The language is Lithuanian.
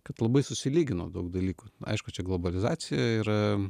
kad labai susilygino daug dalykų aišku čia globalizacija yra